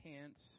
pants